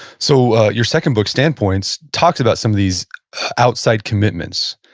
so your second book, standpoints, talked about some of these outside commitments,